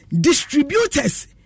distributors